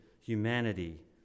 humanity